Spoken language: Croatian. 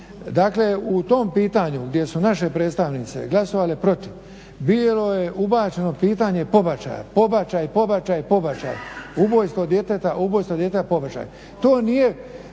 Dakle, u tom pitanju gdje su naše predstavnice glasovale protiv bilo je ubačeno pitanje pobačaja. Pobačaj, pobačaj, pobačaj, ubojstvo djeteta pobačaj.